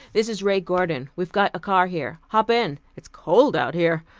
this is ray gordon. we've got a car here. hop in, it's cold out here.